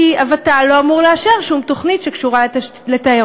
כי הוות"ל לא אמורה לאשר שום תוכנית שקשורה לתיירות.